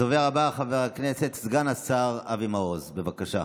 הדובר הבא, חבר הכנסת סגן השר אבי מעוז, בבקשה.